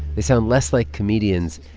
they sound less like comedians,